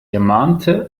ermahnte